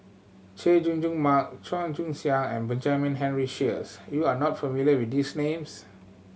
Chay Jung Jun Mark Chua Joon Siang and Benjamin Henry Sheares you are not familiar with these names